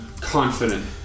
confident